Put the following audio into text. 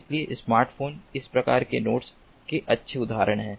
इसलिए स्मार्टफोन इस प्रकार के नोड्स के अच्छे उदाहरण हैं